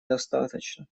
достаточно